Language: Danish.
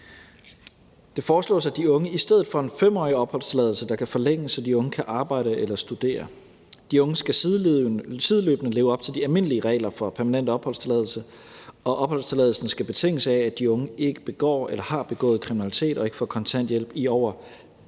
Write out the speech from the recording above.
Det foreslås, at de unge i stedet får en 5-årig opholdstilladelse, der kan forlænges, så de unge kan arbejde eller studere. De unge skal sideløbende leve op til de almindelige regler for permanent opholdstilladelse, og opholdstilladelsen skal betinges af, at de unge ikke begår eller har begået kriminalitet og ikke får kontanthjælp i over